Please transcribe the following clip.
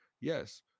yes